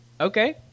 Okay